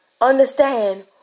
understand